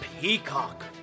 Peacock